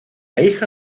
hija